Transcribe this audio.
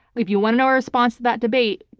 if you want to know our response to that debate,